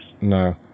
No